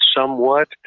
somewhat